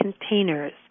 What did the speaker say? containers